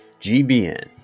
GBN